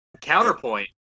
Counterpoint